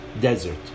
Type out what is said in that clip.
desert